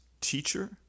teacher